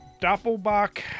Doppelbach